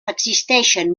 existeixen